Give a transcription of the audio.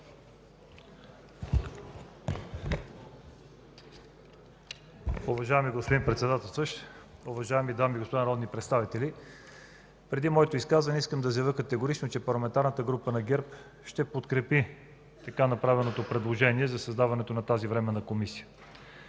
Уважаеми господин Председателстващ, уважаеми дами и господа народни представители! Преди моето изказване искам да заявя категорично, че Парламентарната група на ГЕРБ ще подкрепи така направеното предложение за създаването на тази временна комисия.